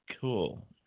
Cool